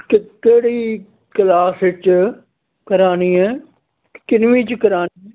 ਕ ਕਿਹੜੀ ਕਲਾਸ ਵਿੱਚ ਕਰਾਉਣੀ ਹੈ ਕਿਨਵੀਂ 'ਚ ਕਰਾਉਣੀ